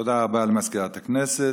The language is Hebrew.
תודה רבה למזכירת הכנסת.